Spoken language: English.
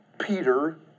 Peter